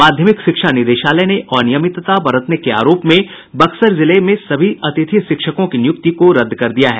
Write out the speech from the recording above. माध्यमिक शिक्षा निदेशालय ने अनियमितता बरतने के आरोप में बक्सर जिले के सभी अतिथि शिक्षकों की नियुक्ति को रद्द कर दिया है